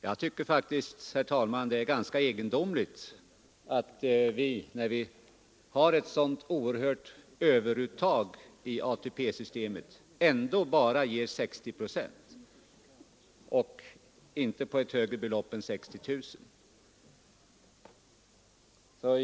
Jag tycker faktiskt, herr talman, att det är ganska egendomligt att vi, när vi har ett så oerhört stort överuttag i avgifter till ATP-systemet, ändå bara ger pension med 60 procent på högst 60 000 kronor.